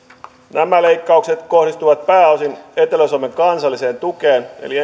nämä leikkaukset kohdistuvat pääosin etelä suomen kansalliseen tukeen eli